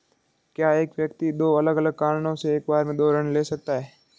क्या एक व्यक्ति दो अलग अलग कारणों से एक बार में दो ऋण ले सकता है?